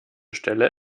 stelle